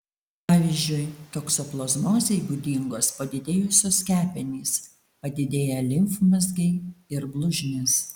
pavyzdžiui toksoplazmozei būdingos padidėjusios kepenys padidėję limfmazgiai ir blužnis